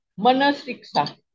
manasiksa